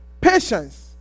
Patience